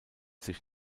sich